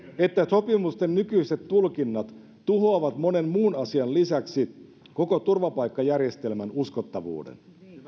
että sopimusten nykyiset tulkinnat tuhoavat monen muun asian lisäksi koko turvapaikkajärjestelmän uskottavuuden